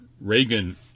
Reagan